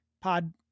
pod